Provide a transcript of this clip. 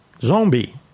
Zombie